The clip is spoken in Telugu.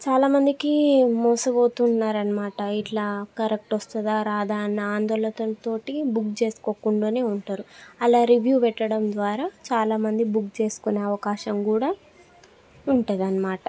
చాలా మందికి మోసపోతు ఉన్నారు అన్నమాట ఇట్లా కరెక్ట్ వస్తుందా రాదా అన్న ఆందోళనతో బుక్ చేసుకోకుండానే ఉంటారు అలా రివ్యూ పెట్టడం ద్వారా చాలా మంది బుక్ చేసుకొనే అవకాశం కూడా ఉంటుందన్నమాట